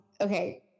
Okay